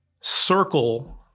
circle